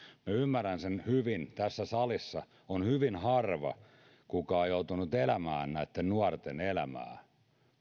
ymmärrän sen hyvin tässä salissa on hyvin harva joutunut elämään näitten nuorten elämää